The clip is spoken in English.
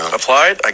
applied